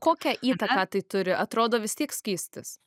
kokią įtaką tai turi atrodo vis tiek skystis